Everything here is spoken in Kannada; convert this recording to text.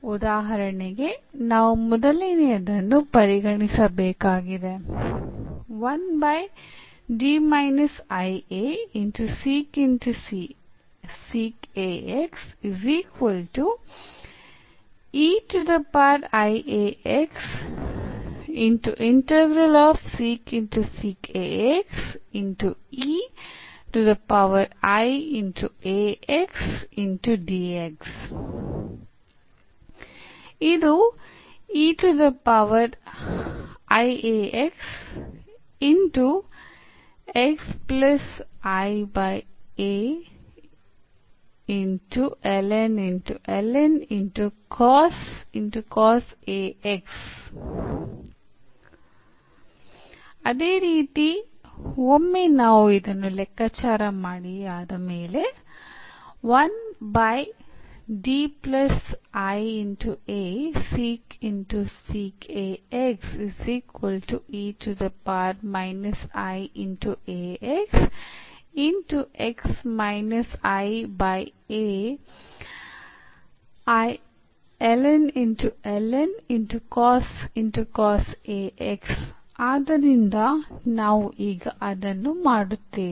ಉದಾಹರಣೆಗೆ ನಾವು ಮೊದಲನೆಯದನ್ನು ಪರಿಗಣಿಸಬೇಕಾಗಿದೆ ಅದೇ ರೀತಿ ಒಮ್ಮೆ ನಾವು ಇದನ್ನು ಲೆಕ್ಕಾಚಾರ ಮಾಡಿಯಾದ ಮೇಲೆ ಆದ್ದರಿಂದ ನಾವು ಈಗ ಅದನ್ನು ಮಾಡುತ್ತೇವೆ